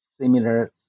similar